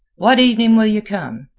what evening will you come?